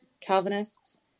Calvinists